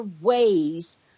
ways